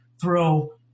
throw